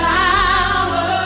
power